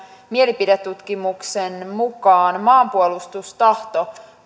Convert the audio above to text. mielipidetutkimuksen mukaan maanpuolustustahto